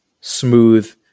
smooth